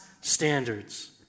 standards